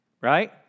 right